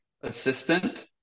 assistant